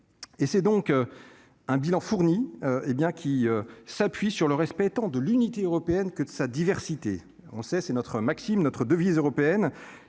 et c'est donc un bilan fourni, hé bien, qui s'appuie sur le respect, tant de l'unité européenne que de sa diversité en c'est, c'est notre Maxime notre devise européenne